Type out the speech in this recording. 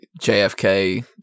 JFK